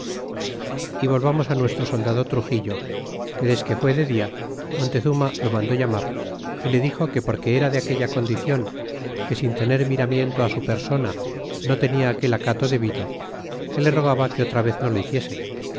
y volvamos nuestro soldado truxillo que desque fué de dia montezuma lo mandó llamar y le dixo que porque era de aquella condicion que sin tener miramiento su persona no tenia aquel acato debido que le rogaba que otra vez no lo hiciese